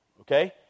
okay